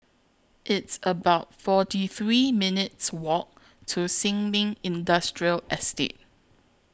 It's about forty three minutes' Walk to Sin Ming Industrial Estate